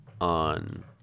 on